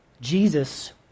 Jesus